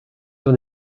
sur